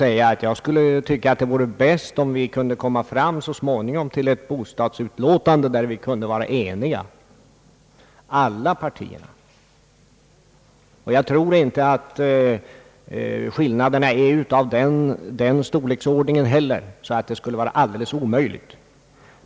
För min del skulle jag tycka att det vore bäst om vi så småningom kunde få fram ett bostadsutlåtande i vilket alla partier var eniga. Jag tror inte heller att skillnaderna är av den storleken att det skulle vara alldeles omöjligt.